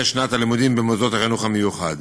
שנת הלימודים במוסדות החינוך המיוחד.